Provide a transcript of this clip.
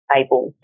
able